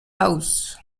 house